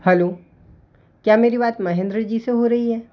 hello क्या मेरी बात महेंद्र जी से हो रही है